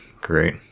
Great